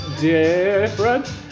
different